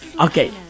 Okay